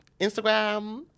Instagram